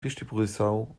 distribuição